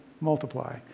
Multiply